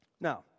Now